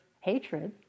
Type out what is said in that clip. hatred